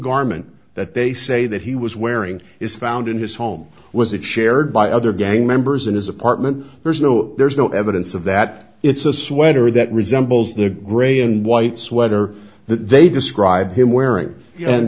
garment that they say that he was wearing is found in his home was it shared by other gang members in his apartment there's no there's no evidence of that it's a sweater that resembles the graying white sweater that they describe him wearing